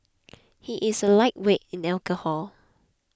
he is a lightweight in alcohol